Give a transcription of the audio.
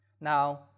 Now